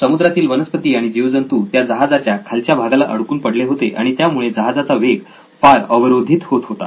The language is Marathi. समुद्रातील वनस्पती आणि जीवजंतू त्या जहाजाच्या खालच्या भागाला अडकून पडले होते आणि त्यामुळे जहाजाचा वेग फार अवरोधित होत होता